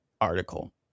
article